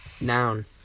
Noun